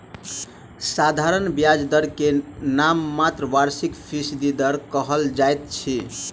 साधारण ब्याज दर के नाममात्र वार्षिक फीसदी दर कहल जाइत अछि